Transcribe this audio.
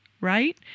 right